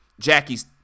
Jackie's